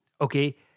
okay